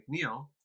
McNeil